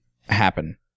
Happen